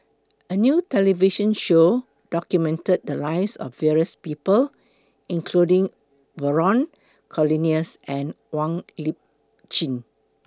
A New television Show documented The Lives of various People including Vernon Cornelius and Wong Lip Chin